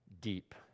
deep